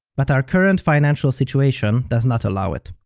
but our current financial situation does not allow it.